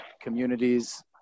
communities